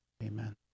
amen